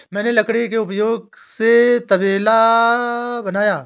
मैंने लकड़ी के उपयोग से तबेला बनाया